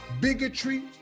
bigotry